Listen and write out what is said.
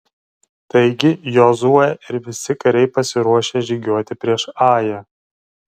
taigi jozuė ir visi kariai pasiruošė žygiuoti prieš ają